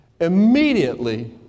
immediately